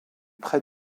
près